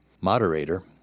moderator